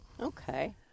okay